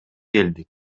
келдик